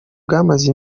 bwamaze